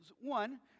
One